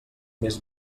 més